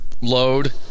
load